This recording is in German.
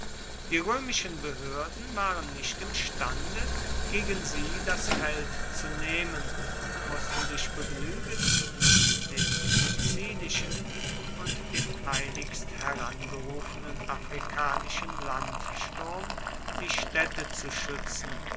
die römischen behörden waren nicht imstande gegen sie das feld zu nehmen und mußten sich begnügen mit dem sizilischen und dem eiligst herangezogenen afrikanischen landsturm die städte zu schützen